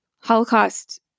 Holocaust